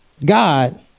God